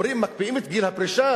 אומרים: מקפיאים את גיל הפרישה,